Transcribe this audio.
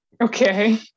Okay